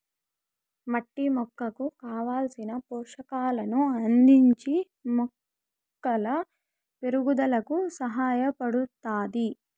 మట్టి మొక్కకు కావలసిన పోషకాలను అందించి మొక్కల పెరుగుదలకు సహాయపడుతాది